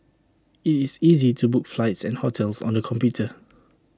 IT is easy to book flights and hotels on the computer